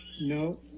no